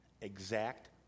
Exact